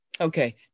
Okay